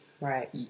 Right